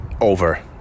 over